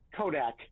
Kodak